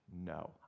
No